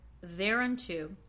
thereunto